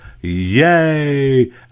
Yay